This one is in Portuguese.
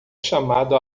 chamado